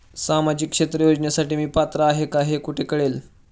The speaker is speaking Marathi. सामाजिक क्षेत्र योजनेसाठी मी पात्र आहे का हे कुठे कळेल?